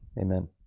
amen